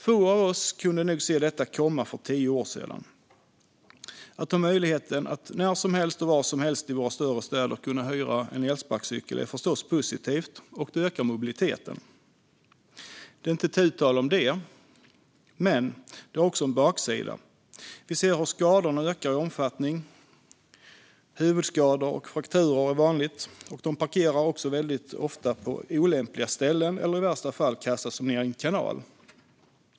Få av oss kunde nog se detta komma för tio år sedan. Att ha möjlighet att när som helst och var som helst i våra större städer hyra en elsparkcykel är förstås positivt, och det ökar mobiliteten; det är inte tu tal om det. Men det har också en baksida. Vi ser hur skadorna ökar i omfattning. Det är vanligt med huvudskador och frakturer. Elsparkcyklarna parkeras också väldigt ofta på olämpliga ställen, och i värsta fall kastas de ned i en kanal.